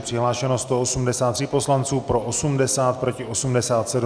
Přihlášeno 183 poslanců, pro 80, proti 87.